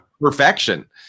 perfection